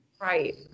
right